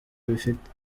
bifite